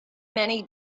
many